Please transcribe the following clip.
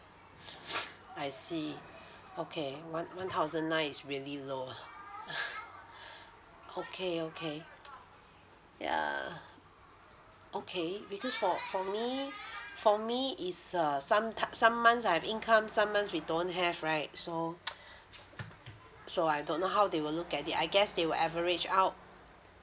I see okay one one thousand nine is really low lah okay okay yeah okay because for for me for me is err some tim~ some months I have income some months we don't have right so so I don't know how they will look at it I guess they will average out